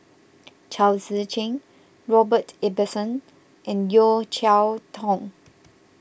Chao Tzee Cheng Robert Ibbetson and Yeo Cheow Tong